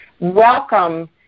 welcome